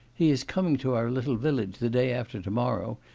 he is coming to our little village the day after tomorrow,